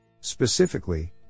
Specifically